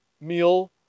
meal